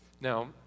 Now